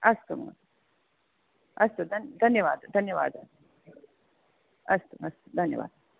अस्तु महोदय अस्तु धन्यवादः धन्यवादः अस्तु अस्तु धन्यवादः